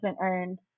earned